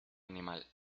animal